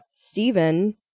Stephen